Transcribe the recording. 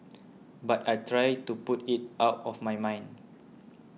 but I try to put it out of my mind